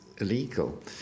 illegal